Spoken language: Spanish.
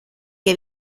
que